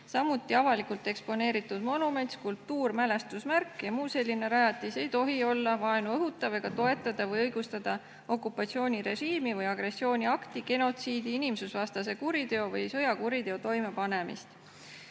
samuti avalikult eksponeeritud monument, skulptuur, mälestusmärk ja muu selline rajatis, ei tohi olla vaenu õhutav ega toetada või õigustada okupatsioonirežiimi, agressiooniakti, genotsiidi, inimsusevastase kuriteo või sõjakuriteo toimepanemist.